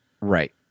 Right